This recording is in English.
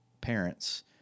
parents